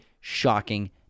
Shocking